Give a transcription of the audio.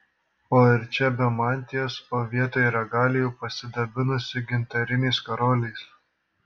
o ir čia be mantijos o vietoj regalijų pasidabinusi gintariniais karoliais